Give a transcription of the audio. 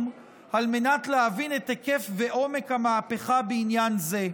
על מנת להבין את היקף ועומק המהפכה בעניין זה.